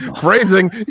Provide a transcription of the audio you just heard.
Phrasing